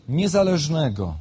niezależnego